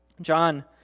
John